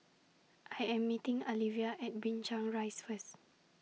I Am meeting Alivia At Binchang Rise First